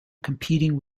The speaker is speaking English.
competing